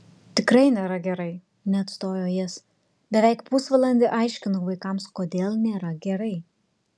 tikrai nėra gerai neatstojo jis beveik pusvalandį aiškinau vaikams kodėl nėra gerai